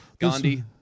Gandhi